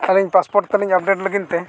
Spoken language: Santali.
ᱟᱹᱞᱤᱧ ᱛᱟᱞᱤᱝ ᱞᱟᱹᱜᱤᱫᱛᱮ